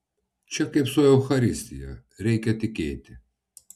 čia kaip su eucharistija reikia tikėti